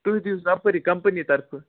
تُہۍ دیٖوُس اَپٲرۍ کَمپٔنی طرفہٕ